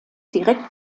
direkt